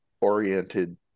oriented